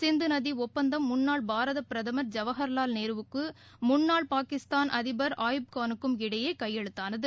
சிந்து நதி ஒப்பந்தம் முன்னாள் பாரத பிரதமர் ஜவஹர்லால் நேருவுக்கம் முன்னாள் பாகிஸ்தான் அதிபர் அயுப்கானுக்கும் இடையே கையெழுத்தானது